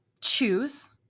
choose